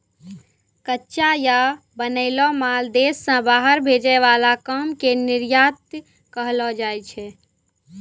कच्चा या बनैलो माल देश से बाहर भेजे वाला काम के निर्यात कहलो जाय छै